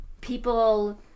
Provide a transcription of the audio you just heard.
people